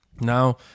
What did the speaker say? Now